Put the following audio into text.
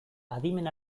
adimen